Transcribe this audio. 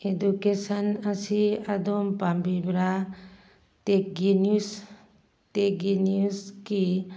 education ꯑꯁꯤ ꯑꯗꯣꯝ ꯄꯥꯝꯕꯤꯕ꯭ꯔꯥ ꯇꯦꯛꯒꯤ ꯅꯤꯎꯁ ꯇꯦꯛꯒꯤ ꯅꯤꯎꯁꯀꯤ